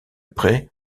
près